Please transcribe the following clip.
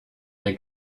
der